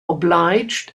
obliged